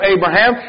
Abraham